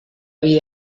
vida